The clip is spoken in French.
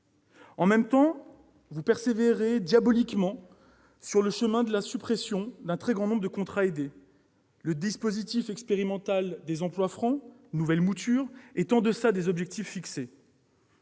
En même temps, vous persévérez diaboliquement sur le chemin de la suppression d'un très grand nombre de contrats aidés. Le dispositif expérimental des emplois francs « nouvelle mouture » est en deçà des objectifs fixés.